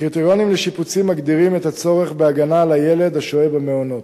הקריטריונים לשיפוצים מגדירים את הצורך בהגנה על הילד השוהה במעונות,